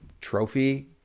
trophy